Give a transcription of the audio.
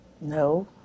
No